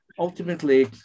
ultimately